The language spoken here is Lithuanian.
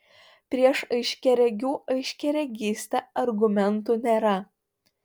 prieš aiškiaregių aiškiaregystę argumentų nėra